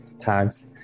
tags